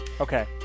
Okay